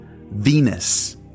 Venus